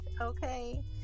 okay